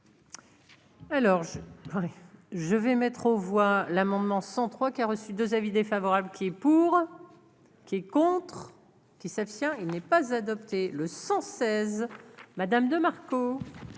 Alors je je vais mettre aux voix l'amendement 103 qui a reçu 2 avis défavorables qui est pour, qui est contre qui s'abstient, il n'est pas adopté le 116 Madame de Marco.